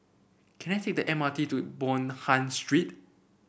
can I take the M R T to Bonham Street